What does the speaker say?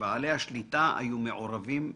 בהם בעלי השליטה היו מעורבים מולכם?